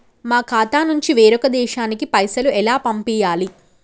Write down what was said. మా ఖాతా నుంచి వేరొక దేశానికి పైసలు ఎలా పంపియ్యాలి?